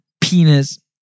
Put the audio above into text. penis